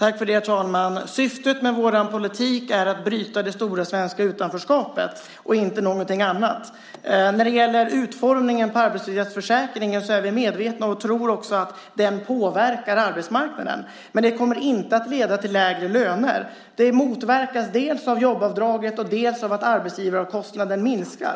Herr talman! Syftet med vår politik är att bryta det stora svenska utanförskapet och inte någonting annat. Vi tror att utformningen av arbetslöshetsförsäkringen påverkar arbetsmarknaden, men det kommer inte att leda till lägre löner. Det motverkas dels av jobbavdraget, dels av att arbetsgivaromkostnaden minskar.